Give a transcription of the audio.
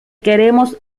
queremos